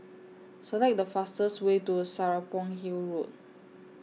Select The fastest Way to Serapong Hill Road